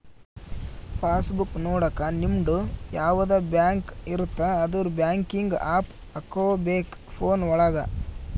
pass book ನೊಡಕ ನಿಮ್ಡು ಯಾವದ ಬ್ಯಾಂಕ್ ಇರುತ್ತ ಅದುರ್ ಬ್ಯಾಂಕಿಂಗ್ ಆಪ್ ಹಕೋಬೇಕ್ ಫೋನ್ ಒಳಗ